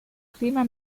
clima